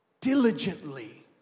Diligently